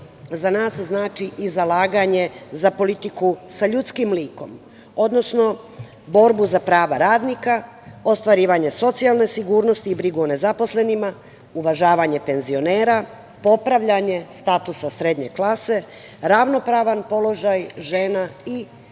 za nas znači i zalaganje za politiku sa ljudskim likom, odnosno borbu za prava radnika, ostvarivanje socijalne sigurnosti i brigu o nezaposlenima, uvažavanje penzionera, popravljanje statusa srednje klase, ravnopravan položaj žena i